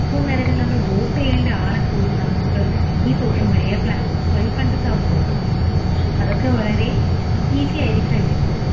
ഇപ്പോൾ നിലവിൽ നമ്മൾ വോട്ട് ചെയ്യേണ്ട ആളെ പോലും നമുക്ക് ഈ സോഷ്യൽ മീഡിയ പ്ലാറ്റ്ഫോമ്സ് വഴി നമുക്ക് കണ്ടെത്താവുന്നതാണ് അതൊക്കെ വളരെ ഈസിയായിക്കഴിഞ്ഞിരിക്കുന്നു